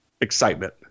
excitement